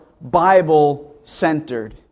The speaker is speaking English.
Bible-centered